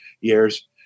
years